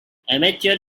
amateur